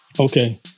Okay